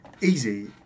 easy